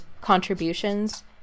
contributions